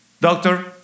doctor